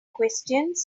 questions